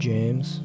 James